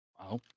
Wow